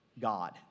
God